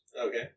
Okay